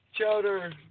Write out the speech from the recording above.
chowder